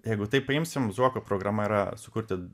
jeigu tai paimsim zuoko programa yra sukurti